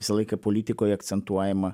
visą laiką politikoj akcentuojama